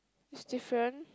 it's different